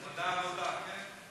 ועדת העבודה, כן?